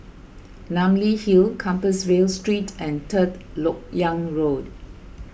Namly Hill Compassvale Street and Third Lok Yang Road